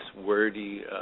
wordy